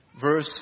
Verse